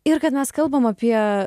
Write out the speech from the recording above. ir kad mes kalbam apie